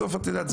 בסוף את יודעת,